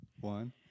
one